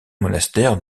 monastère